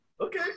Okay